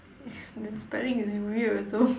s~ the spelling is weird also